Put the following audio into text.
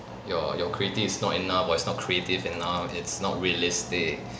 your your creativity is not enough or it's not creative enough it's not realistic